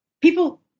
people